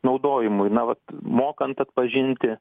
naudojimui na vat mokant atpažinti